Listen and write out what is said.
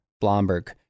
Blomberg